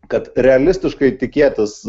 kad realistiškai tikėtis